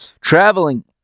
traveling